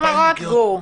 אין החמרות, גור?